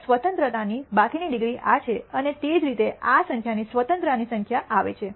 તો સ્વતંત્રતાની બાકીની ડિગ્રી આ છે અને તે જ રીતે આ સંખ્યાની સ્વતંત્રતાની સંખ્યા આવે છે